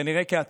כנראה כעצור.